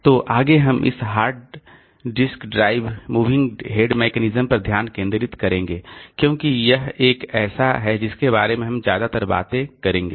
तो आगे हम इस hard disk drive moving head mechanism पर ध्यान केंद्रित करेंगे क्योंकि यह एक ऐसा है जिसके बारे में हम ज्यादातर बात करेंगे